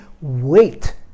wait